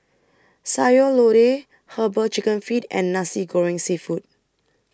Sayur Lodeh Herbal Chicken Feet and Nasi Goreng Seafood